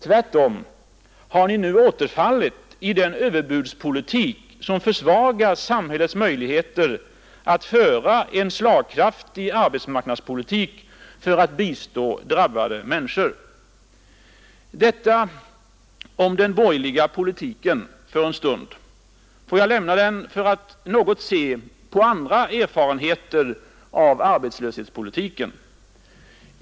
Tvärtom har ni återfallit i den överbudspolitik som försvagar samhällets möjligheter att föra en slagkraftig arbetsmarknadspolitik för att bistå drabbade människor. Detta om den borgerliga politiken för en stund. Får jag lämna den för att något se på andra erfarenheter av arbetslöshetspolitiken.